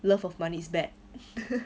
love of money is bad